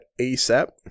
ASAP